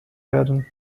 werden